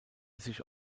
sich